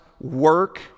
work